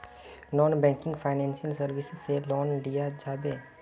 Non banking financial services से loan लिया जाबे?